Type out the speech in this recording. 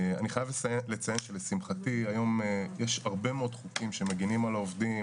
אני חייב לציין שלשמחתי היום יש הרבה מאוד חוקים שמגינים על העובדים,